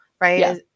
right